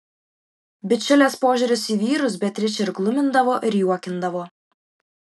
bičiulės požiūris į vyrus beatričę ir glumindavo ir juokindavo